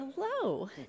hello